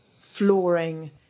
flooring